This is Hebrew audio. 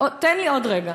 תן לי עוד רגע.